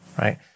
right